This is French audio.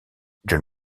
john